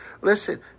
Listen